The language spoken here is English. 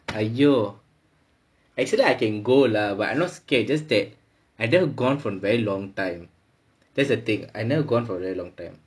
!aiyo! actually I can go lah but I not scared just that I never gone for very long time that's the thing I never gone for very long time